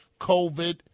COVID